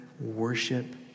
worship